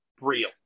real